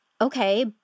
okay